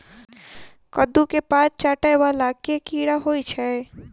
कद्दू केँ पात चाटय वला केँ कीड़ा होइ छै?